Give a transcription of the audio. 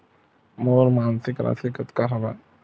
मोर मासिक राशि कतका हवय?